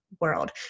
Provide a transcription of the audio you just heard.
world